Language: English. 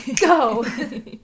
go